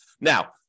Now